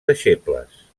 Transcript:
deixebles